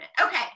Okay